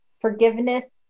forgiveness